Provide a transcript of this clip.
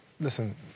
Listen